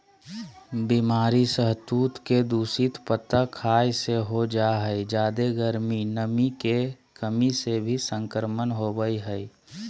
बीमारी सहतूत के दूषित पत्ता खाय से हो जा हई जादे गर्मी, नमी के कमी से भी संक्रमण होवई हई